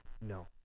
no